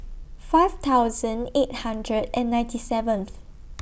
five thousand seven eight hundred and ninety seventh